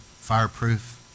Fireproof